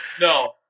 No